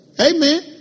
Amen